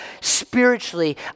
spiritually